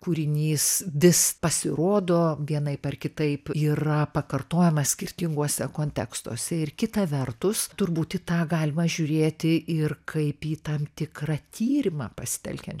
kūrinys vis pasirodo vienaip ar kitaip yra pakartojamas skirtinguose kontekstuose ir kita vertus turbūt į tą galima žiūrėti ir kaip į tam tikrą tyrimą pasitelkiant